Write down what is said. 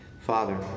Father